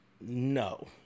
No